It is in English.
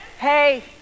Hey